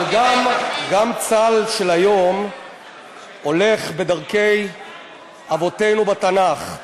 אבל גם צה"ל של היום הולך בדרכי אבותינו בתנ"ך.